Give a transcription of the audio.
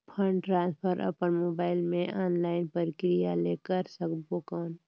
Fund transfer अपन mobile मे online प्रक्रिया ले कर सकबो कौन?